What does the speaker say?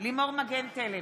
לימור מגן תלם,